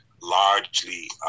largely